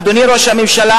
אדוני ראש הממשלה,